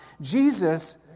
Jesus